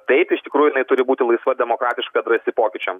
taip iš tikrųjų jinai turi būti laisva demokratiška drąsi pokyčiam